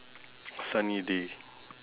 sunny day